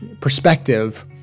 perspective –